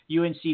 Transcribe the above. UNC